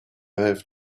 have